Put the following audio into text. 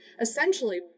essentially